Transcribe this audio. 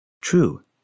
True